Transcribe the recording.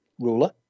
ruler